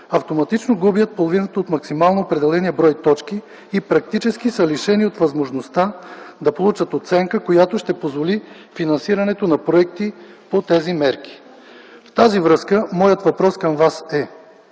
автоматично губят половината от максимално определения брой точки и практически са лишени от възможността да получат оценка, която ще позволи финансирането на проекти по тези мерки. В тази връзка моят въпрос към Вас е: